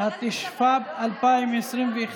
התשפ"ב 2021,